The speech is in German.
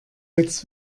jetzt